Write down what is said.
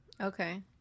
Okay